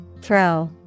Throw